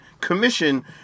Commission